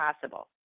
possible